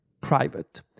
private